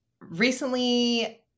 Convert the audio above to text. recently